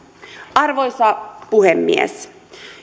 arvoisa puhemies